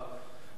נצביע.